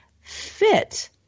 fit